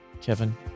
kevin